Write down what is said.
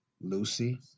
Lucy